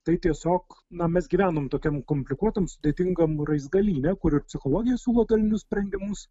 tai tiesiog na mes gyvenam tokiam komplikuotam sudėtingam raizgalyne kur psichologija siūlo dalinius sprendimus